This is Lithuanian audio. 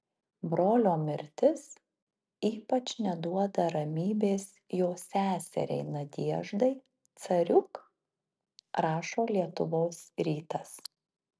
brolio mirtis ypač neduoda ramybės jo seseriai nadeždai cariuk rašo lietuvos rytas